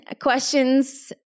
questions